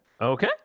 Okay